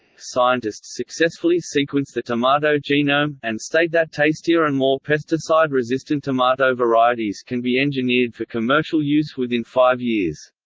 scientists successfully sequence the tomato genome, and state that tastier and more pesticide-resistant tomato varieties can be engineered for commercial use within five years.